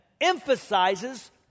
emphasizes